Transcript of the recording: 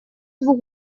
двух